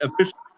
official